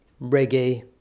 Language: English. reggae